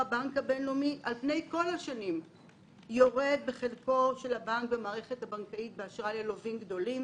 שהבנק הבינלאומי יורד בחלקו באשראי ללווים גדולים,